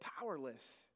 powerless